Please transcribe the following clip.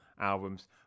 albums